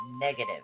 negative